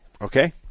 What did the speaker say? Okay